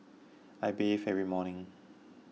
I bathe every morning